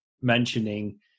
mentioning